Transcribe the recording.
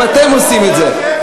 אם אתם עושים את זה.